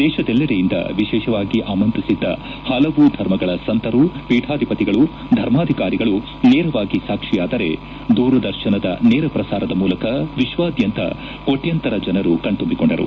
ದೇಶದೆಲ್ಲೆಡೆಯಿಂದ ವಿಶೇಷವಾಗಿ ಆಮಂತ್ರಿಸಿದ್ದ ಹಲವು ಧರ್ಮಗಳ ಸಂತರು ಪೀಠಾಧಿಪತಿಗಳು ಧರ್ಮಾಧಿಕಾರಿಗಳು ನೇರವಾಗಿ ಸಾಕ್ಷಿಯಾದರೆ ದೂರದರ್ಶನದ ನೇರ ಪ್ರಸಾರದ ಮೂಲಕ ವಿಶ್ವಾದ್ಯಂತ ಕೋಟ್ಯಾಂತರ ಜನರು ಕಣ್ತುಂಬಿಕೊಂಡರು